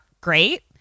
great